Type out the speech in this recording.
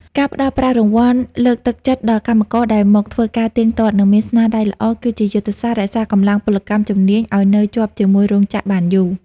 ការផ្ដល់ប្រាក់រង្វាន់លើកទឹកចិត្តដល់កម្មករដែលមកធ្វើការទៀងទាត់ និងមានស្នាដៃល្អ គឺជាយុទ្ធសាស្ត្ររក្សាកម្លាំងពលកម្មជំនាញឱ្យនៅជាប់ជាមួយរោងចក្របានយូរ។